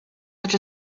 such